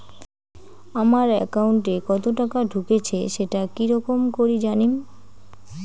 আমার একাউন্টে কতো টাকা ঢুকেছে সেটা কি রকম করি জানিম?